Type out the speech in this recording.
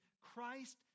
Christ